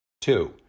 Two